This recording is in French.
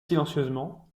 silencieusement